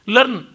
Learn